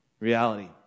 reality